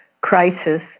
crisis